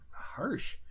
Harsh